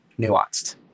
nuanced